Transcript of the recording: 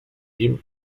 ihm